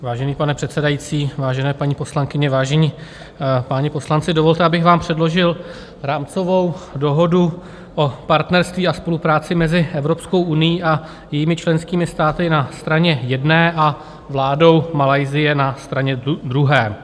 Vážený pane předsedající, vážené paní poslankyně, vážení páni poslanci, dovolte, abych vám předložil Rámcovou dohodu o partnerství a spolupráci mezi Evropskou unií a jejími členskými státy na straně jedné a vládou Malajsie na straně druhé.